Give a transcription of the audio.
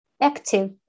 active